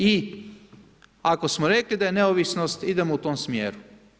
I ako smo rekli da je neovisnost idemo u tom smjeru.